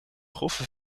grove